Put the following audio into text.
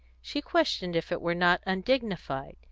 she questioned if it were not undignified.